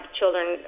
children